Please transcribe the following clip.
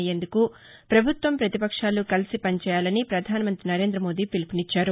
అయ్యేందుకు పభుత్వం పతిపక్షాలు కలిసి పనిచేయాలని పధాన మంతి నరేంద మోదీ పిలుపునిచ్ఛారు